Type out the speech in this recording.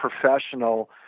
professional